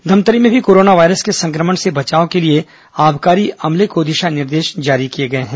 धमतरी में भी corona virus के संक्रमण से बचाव के लिए आबकारी अमले को दिशा निर्देश जारी किए गए हैं